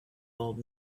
old